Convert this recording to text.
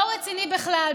לא רציני בכלל.